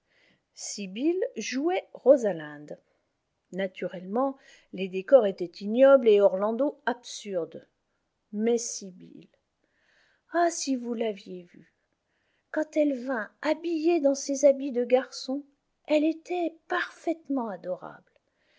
sibyl jouait rosalinde naturellement les décors étaient ignobles et orlando absurde mais sibyl ah si vous l'aviez vue quand elle vint habillée dans ses habits de garçon elle était parfaitement adorable